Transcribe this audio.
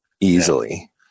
easily